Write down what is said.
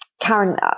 Karen